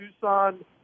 Tucson